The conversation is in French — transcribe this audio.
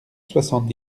soixante